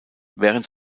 während